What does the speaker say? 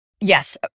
yes